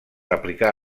aplicar